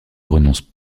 renonce